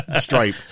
stripe